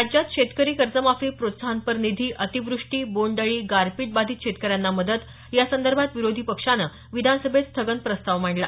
राज्यात शेतकरी कर्जमाफी प्रोत्साहनपर निधी अतिवृष्टी बोंडअळी गारपीट बाधित शेतकऱ्यांना मदत यासंदर्भात विरोधी पक्षांनी विधानसभेत स्थगन प्रस्ताव मांडला